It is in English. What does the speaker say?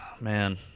man